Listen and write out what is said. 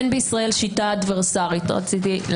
אחרי היוועצות עם נציגות משרד המשפטים ועם חברי הכנסת המציעים,